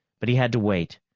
but he had to wait.